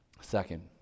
Second